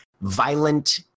violent